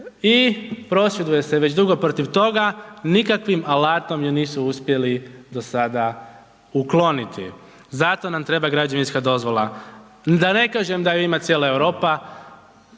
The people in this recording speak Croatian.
i prosvjeduju se već dugo protiv toga, nikakvim alatom je nisu uspjeli do sada ukloniti. Zato nam treba građevinska dozvola, da ne kažem da ju ima cijela Europa,